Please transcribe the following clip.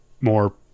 more